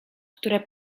które